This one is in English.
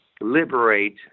liberate